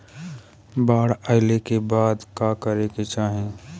बाढ़ आइला के बाद का करे के चाही?